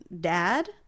dad